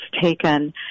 taken